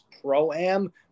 Pro-Am